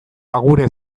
agure